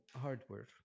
hardware